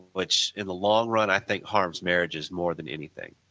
which in the long run i think harms marriages more than anything